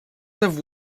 have